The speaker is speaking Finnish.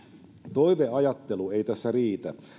toiveajattelu ei tässä riitä